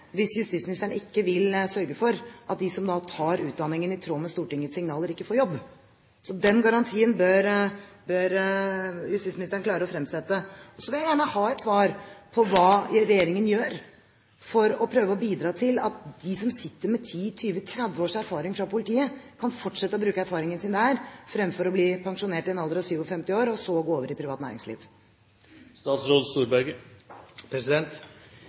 hvis justisministeren ikke vil sørge for at de som da tar utdanningen i tråd med Stortingets signaler, ikke får jobb. Så den garantien bør justisministeren klare å fremsette. Så vil jeg gjerne ha et svar på hva regjeringen gjør for å prøve å bidra til at de som sitter med 10–20–30 års erfaring fra politiet, kan fortsette å bruke erfaringen sin der fremfor å bli pensjonert i en alder av 57 år og så gå over i det private næringsliv.